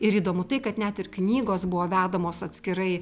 ir įdomu tai kad net ir knygos buvo vedamos atskirai